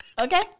Okay